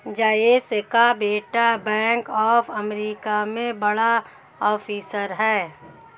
जयेश का बेटा bank of America में बड़ा ऑफिसर है